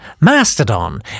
Mastodon